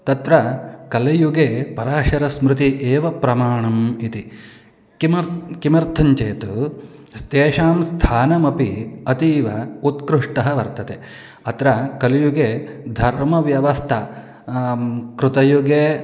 तत्र कलियुगे पराशरस्मृतिः एव प्रमाणम् इति किमर्थं किमर्थं चेत् तेषां स्थानमपि अतीव उत्कृष्टः वर्तते अत्र कलियुगे धर्मव्यवस्था कृतयुगे